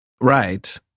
Right